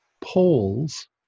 poles